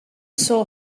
saw